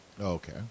Okay